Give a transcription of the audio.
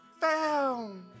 found